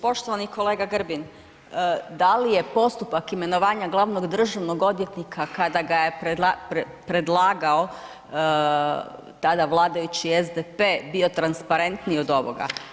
Poštovani kolega Grbin, da li je postupak imenovanja glavnog državnog odvjetnika, kada ga je predlagao tada vladajući SDP bio transparentniji od ovoga?